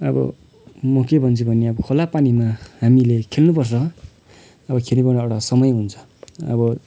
अब म के भन्छु भने अब खोला पानीमा हामीले खेल्नुपर्छ अब खेल्ने पनि एउटा समय हुन्छ अब